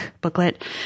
booklet